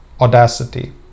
Audacity